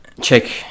check